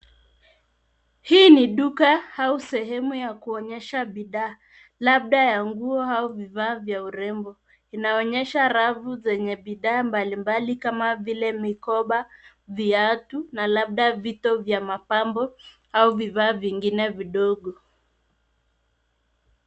Hii ni duka au sehemu ya kuonyesha bidhaa labda ya nguo au vifaa vya urembo. Inaonyesha rafu zenye bidhaa mbalimbali kama vile mikoba, viatu na labda vito vya mapambo au vifaa vingine vidogo.